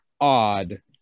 odd